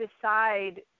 decide